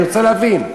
אני רוצה להבין.